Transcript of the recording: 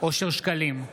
אושר שקלים,